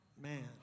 man